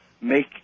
make